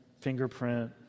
fingerprint